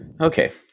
Okay